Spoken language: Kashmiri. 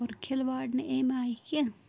اور کھِلواڑ نہٕ امہِ آیہِ کیٚنہہ